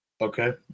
Okay